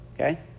okay